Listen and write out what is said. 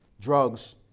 drugs